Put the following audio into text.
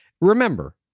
Remember